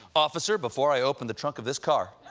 officer, before i open the trunk of this car,